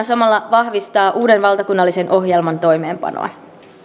samalla vahvistaa uuden valtakunnallisen ohjelman toimeenpanoa